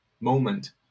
moment